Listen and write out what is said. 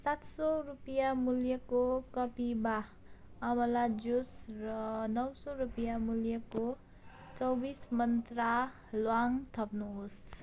सात सौ रुपियाँ मूल्यको कपिभा अमला जुस र नौ सौ रुपियाँ मूल्यको चौबिस मन्त्रा ल्वाङ थप्नुहोस्